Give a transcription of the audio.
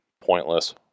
pointless